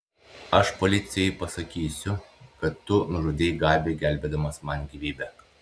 aš policijai pasakysiu kad tu nužudei gabį gelbėdamas man gyvybę